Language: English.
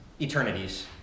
eternities